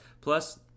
Plus